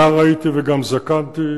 נער הייתי וגם זקנתי,